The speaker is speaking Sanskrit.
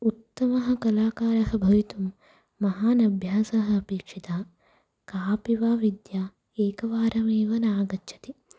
उत्तमः कलाकारः भवितुं महान् अभ्यासः अपेक्षितः कापि वा विद्या एकवारमेव नागच्छति